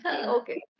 okay